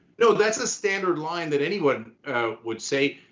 no, that's a standard line that anyone would say.